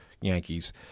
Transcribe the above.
Yankees